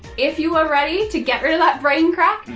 if you are ready, to get rid of that braincrack,